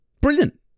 Brilliant